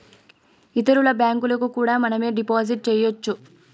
ఇతరుల బ్యాంకులకు కూడా మనమే డిపాజిట్ చేయొచ్చు